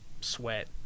sweat